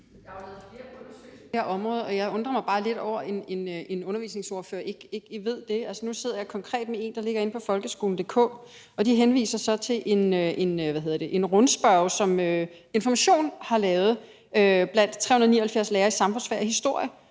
jeg undrer mig bare lidt over, at en undervisningsordfører ikke ved det. Altså, nu sidder jeg konkret med en undersøgelse, der ligger inde på Folkeskolen.dk. Og de henviser så til en rundspørge, som Information har lavet blandt 379 lærere i samfundsfag og historie